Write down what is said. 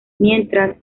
mientras